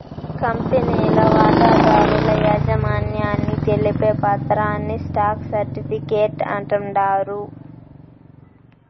కంపెనీల వాటాదారుల యాజమాన్యాన్ని తెలిపే పత్రాని స్టాక్ సర్టిఫీకేట్ అంటాండారు